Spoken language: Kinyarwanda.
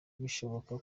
bishoboka